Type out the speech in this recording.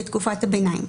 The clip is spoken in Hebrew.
בתקופת הביניים,